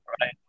Right